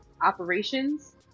operations